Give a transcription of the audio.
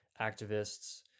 activists